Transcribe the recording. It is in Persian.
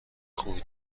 خوبی